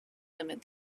limit